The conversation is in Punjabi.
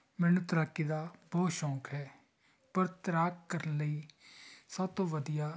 ਮੈਨੂੰ ਤੈਰਾਕੀ ਦਾ ਬਹੁਤ ਸ਼ੌਕ ਹੈ ਪਰ ਤੈਰਾਕ ਕਰਨ ਲਈ ਸਭ ਤੋਂ ਵਧੀਆ